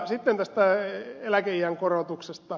sitten tästä eläkeiän korotuksesta